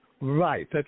Right